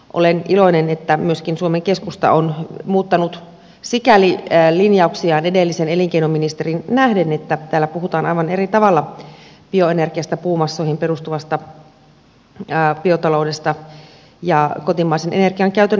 olen iloinen että myöskin suomen keskusta on muuttanut sikäli linjauksiaan edelliseen elinkeinoministeriin nähden että täällä puhutaan aivan eri tavalla bioenergiasta puumassoihin perustuvasta biotaloudesta ja kotimaisen energian käytön lisäämisestä